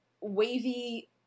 wavy